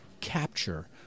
capture